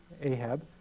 Ahab